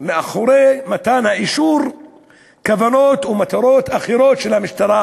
מאחורי מתן האישור כוונות ומטרות אחרות של המשטרה,